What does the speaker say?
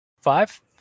Five